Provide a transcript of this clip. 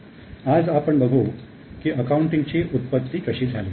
आज आपण बघू की अकाउंटिंगची उत्पत्ती कशी झाली